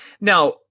Now